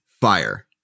Fire